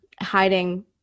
hiding